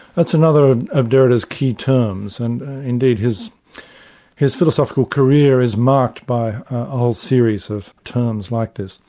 that's another of derrida's key terms, and indeed his his philosophical career is marked by a whole series of terms like this.